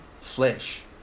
flesh